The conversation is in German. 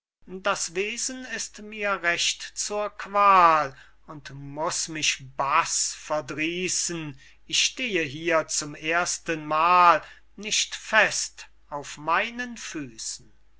das wesen ist mir recht zur qual und muß mich baß verdrießen ich stehe hier zum erstenmal nicht fest auf meinen füßen